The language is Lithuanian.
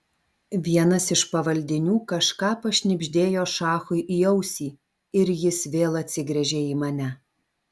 vienas iš pavaldinių kažką pašnibždėjo šachui į ausį ir jis vėl atsigręžė į mane